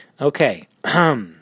Okay